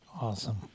Awesome